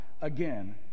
again